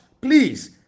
please